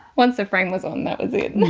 once the frame was on that was it